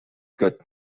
good